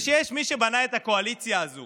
כשיש מי שבנה את הקואליציה הזו